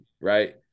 right